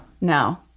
No